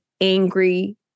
angry